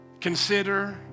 consider